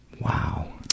Wow